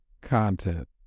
content